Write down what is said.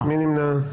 מי נמנע?